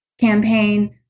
campaign